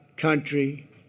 country